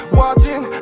watching